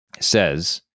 says